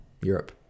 Europe